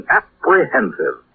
apprehensive